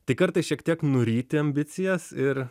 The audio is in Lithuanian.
tai kartais šiek tiek nuryti ambicijas ir